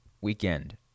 weekend